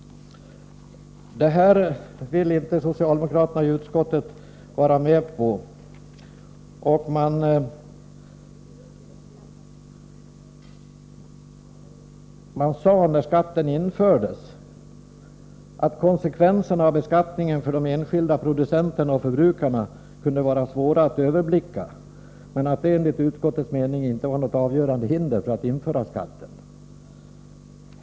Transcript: Detta ville inte socialdemokraterna i utskottet hålla med om. Man sade att konsekvenserna av beskattningen för de enskilda producenterna och förbrukarna kunde vara svåra att överblicka men att det enligt utskottets mening inte var något avgörande hinder för att införa skatten.